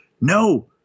no